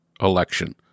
election